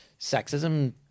sexism